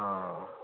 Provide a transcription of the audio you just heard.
آ